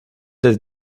that